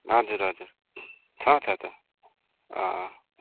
हजुर हजुर छ छ छ अँ